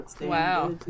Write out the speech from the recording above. Wow